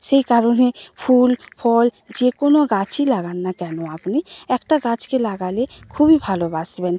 সেই কারণে ফুল ফল যে কোনো গাছই লাগান না কেন আপনি একটা গাছকে লাগালে খুবই ভালোবাসবেন